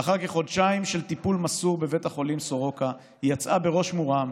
לאחר כחודשיים של טיפול מסור בבית החולים סורוקה היא יצאה בראש מורם,